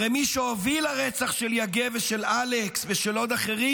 הרי מי שהוביל לרצח של יגב ושל אלכס ושל עוד אחרים,